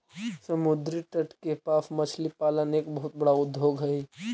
समुद्री तट के पास मछली पालन एक बहुत बड़ा उद्योग हइ